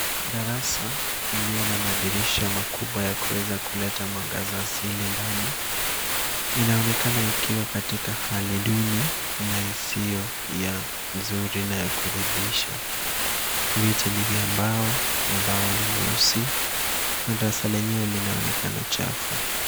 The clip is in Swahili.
Darasa iliyo na madirisha makubwa ya kuweza kuleta mwangaza asili ndani. Inaonekana ikiwa katika hali duni na isiyo ya nzuri na ya kuridhisha. Viti ni vya mbao, ubao ni mweusi na darasa lenyewe linaonekana chafu.